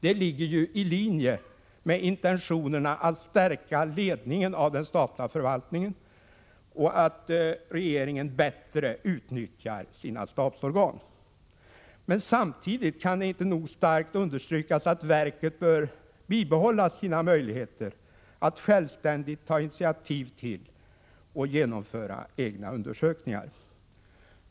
Det ligger ju i linje med intentionerna att stärka ledningen av den statliga förvaltningen och att regeringen bättre skall utnyttja sina stabsorgan. Men samtidigt kan det inte nog starkt understrykas att verket bör bibehålla sina möjligheter att självständigt ta initiativ till och genomföra egna undersökningar.